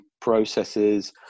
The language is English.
processes